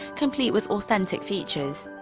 complete with authentic features.